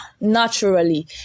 naturally